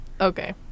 Okay